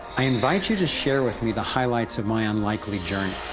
i invite you to share with me the highlights of my unlikely journey.